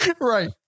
Right